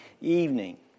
evening